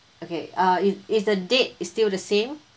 okay uh is is the date is still the same